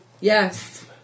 yes